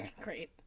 Great